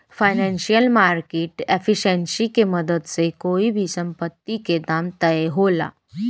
financial market efficiency के मदद से कोई भी संपत्ति के दाम तय होला